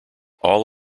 all